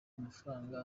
amafaranga